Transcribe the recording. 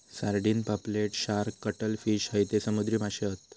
sardine, पापलेट, shark, cuttlefish हयते समुद्री माशे हत